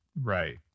right